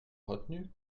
retenus